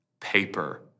Paper